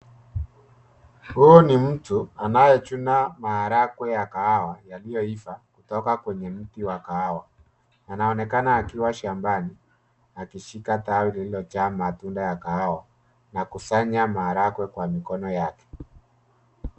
Huo ni mtu anayechuna maharagwe ya kahawa yaliyoiva, kutoka kwenye mti wa kahawa. Anaonekana akiwa shambani akishika tawi lililojaa matunda ya kahawa na kusanya maharagwe kwa mikono yake.